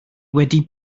wedi